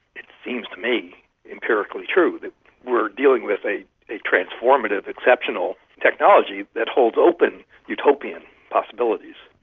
it seems to me empirically true that we're dealing with a a transformative, exceptional technology that holds open utopian possibilities.